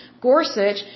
Gorsuch